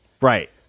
Right